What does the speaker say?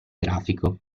grafico